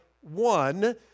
one